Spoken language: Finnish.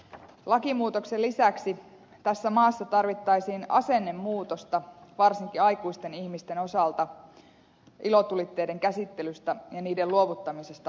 lakimuutoksen lisäksi tässä maassa tarvittaisiin asennemuutosta varsinkin aikuisten ihmisten osalta ilotulitteiden käsittelyssä ja niiden luovuttamisessa alaikäisille